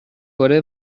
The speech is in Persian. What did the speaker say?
کره